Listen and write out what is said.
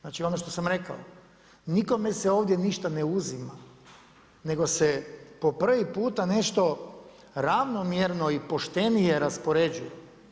Znači ono što sam rekao, nikome se ovdje ništa ne uzima nego se po prvi puta nešto ravnomjerno i poštenije raspoređuje.